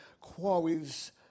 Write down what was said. quarries